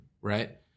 right